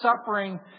suffering